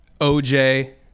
OJ